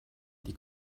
die